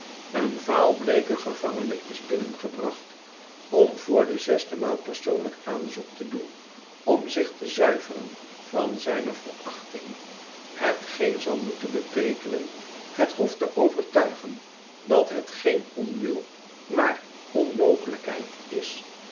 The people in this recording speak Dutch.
een vaalbleeke gevangene is binnengebracht om voor de zesde maal persoonlijk aanzoek te doen om zich te zuiveren van zijne verachting hetgeen zal moeten beteekenen het hof te overtuigen dat het geen onwil maar onmogelijkheid is